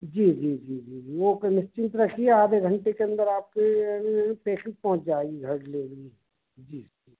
जी जी जी जी जी वो फिर निश्चिंत रखिए आधे घंटे के अंदर आपके बेशक पहुंच जाएगी घर डिलेवरी जी जी